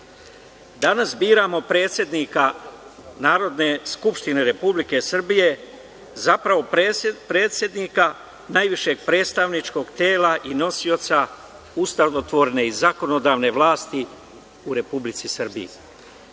danas biramo predsednika Narodne skupštine Republike Srbije, zapravo predsednika najvišeg predstavničkog tela i nosioca ustavotvorne i zakonodavne vlasti u Republici Srbiji.